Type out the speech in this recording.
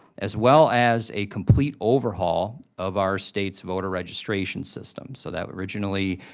as well as a complete overhaul of our state's voter registration system. so that originally,